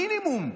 מינימום?